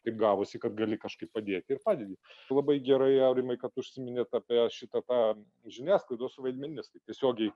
taip gavosi kad gali kažkaip padėti ir padedi labai gerai aurimai kad užsiminėt apie šitą tą žiniasklaidos vaidmenį nes tai tiesiogiai